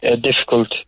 difficult